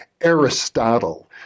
Aristotle